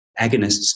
agonists